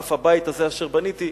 אף הבית הזה אשר בניתי.